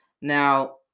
now